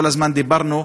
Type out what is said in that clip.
כל הזמן אמרנו,